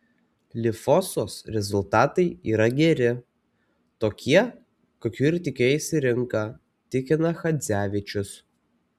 lifosos rezultatai yra geri tokie kokių ir tikėjosi rinka tikina chadzevičius